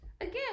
Again